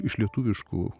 iš lietuviškų